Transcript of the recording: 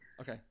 Okay